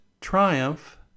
triumph